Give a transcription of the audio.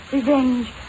Revenge